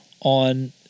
on